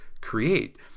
create